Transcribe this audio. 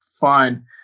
fun